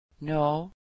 No